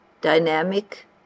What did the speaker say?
dynamic